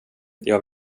jag